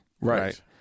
right